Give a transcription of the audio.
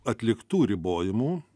atliktų ribojimų